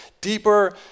deeper